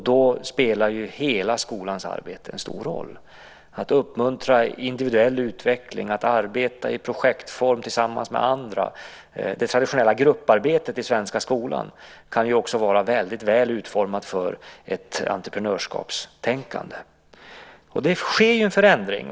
Då spelar hela skolans arbete en stor roll - att uppmuntra individuell utveckling, att arbeta i projektform tillsammans med andra. Det traditionella grupparbetet i den svenska skolan kan också vara väldigt väl utformat för ett entreprenörskapstänkande. Det sker en förändring.